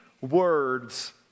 words